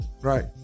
Right